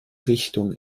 richtung